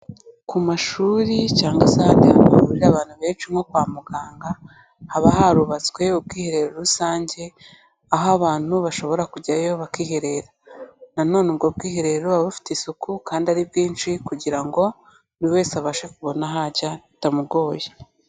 Ku mashuri cyangwa se ahandi harira abantu benshi nko kwa muganga; haba harubatswe ubwiherero rusange aho abantu bashobora kujyayo bakiherera, na none ubwo bwiherero buba bufite isuku kandi ari bwinshi kugira ngo buri wese abashe kubona aho ajya bitamugoye.